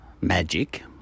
magic